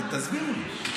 תסביר לי.